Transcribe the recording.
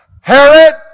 Herod